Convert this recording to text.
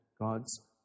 God's